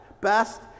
best